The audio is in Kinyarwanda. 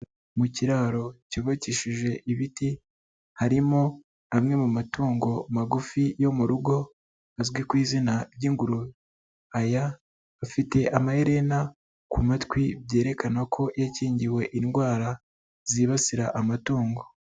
Mu kiraro cyubakishije ibiti, harimo amwe mu matungo magufi yo mu rugo azwi ku izina ry'ingurube, aya afite amaherena ku matwi byerekana ko yakingiwe indwara zibasira amatungo.